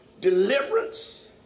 Deliverance